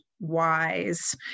wise